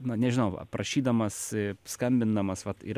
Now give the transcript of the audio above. na nežinau aprašydamas skambindamas vat ir